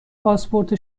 پاسپورت